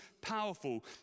powerful